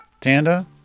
Tanda